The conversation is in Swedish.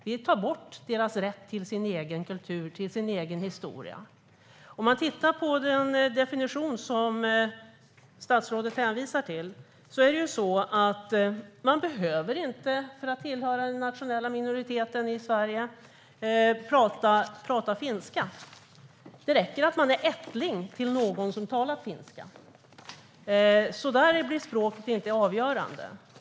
Vi tar bort deras rätt till sin egen kultur och sin egen historia. Om vi tittar på den definition statsrådet hänvisar till ser vi att man för att tillhöra den nationella minoriteten i Sverige inte behöver prata finska, utan det räcker att man är ättling till någon som talar finska. Där blir språket alltså inte avgörande.